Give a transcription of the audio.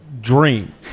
dream